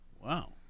Wow